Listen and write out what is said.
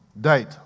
date